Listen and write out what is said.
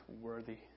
worthy